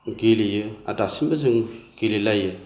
गेलेयो आर दासिमबो जों गेलेलायो